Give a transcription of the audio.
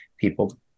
people